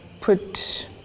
put